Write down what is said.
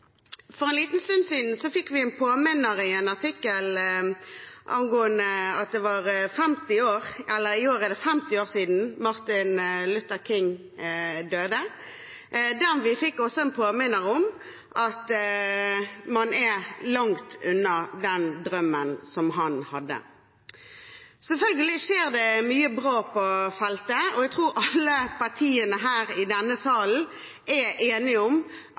For en liten stund siden fikk vi en påminnelse i en artikkel angående at det i år er 50 år siden Martin Luther King døde. Vi fikk også en påminnelse om at man er langt unna den drømmen som han hadde. Selvfølgelig skjer det mye bra på feltet, og jeg tror alle partiene her i denne salen er enige om